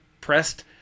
pressed